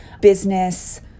business